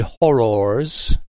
horrors